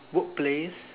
workplace